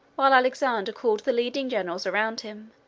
while alexander called the leading generals around him,